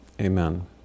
Amen